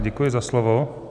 Děkuji za slovo.